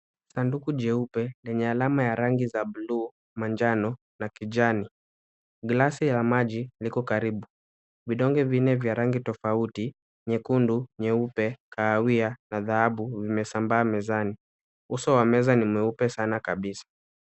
Sanduku jeupe lenye rangi za alama ya buluu, manjano na kijani. Glasi la maji liko karibu. Vidonge vinne vya rangi tofauti nyekundu, nyeupe, kahawia na dhahabu vimesambaa mezani. Uso wa meza ni mweupe sana kabisa.